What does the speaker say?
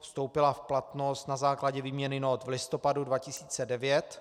Vstoupila v platnost na základě výměny nót v listopadu 2009.